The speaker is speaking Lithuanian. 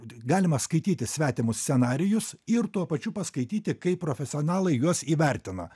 galima skaityti svetimus scenarijus ir tuo pačiu paskaityti kaip profesionalai juos įvertina